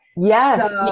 Yes